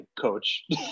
coach